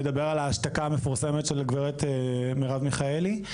נדבר על ההשתקה המפורסמת של הגברת מרב מיכאלי.